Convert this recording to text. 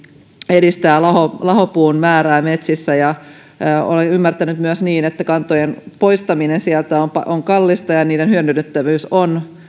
edistää lahopuun määrää metsissä olen ymmärtänyt myös niin että kantojen poistaminen sieltä on kallista ja ja niiden hyödynnettävyys on